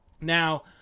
Now